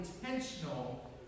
intentional